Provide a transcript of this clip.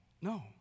No